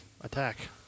attack